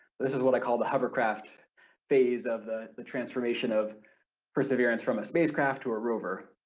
this is what i call the hovercraft phase of the the transformation of perseverance from a spacecraft to a rover.